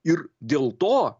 ir dėl to